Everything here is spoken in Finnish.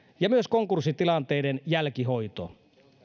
ja myös konkurssitilanteiden jälkihoito